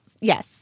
yes